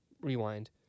Rewind